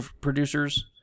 producers